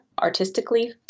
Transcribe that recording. artistically